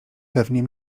pewnie